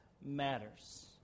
matters